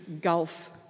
gulf